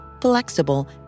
flexible